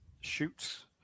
shoots